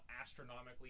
astronomically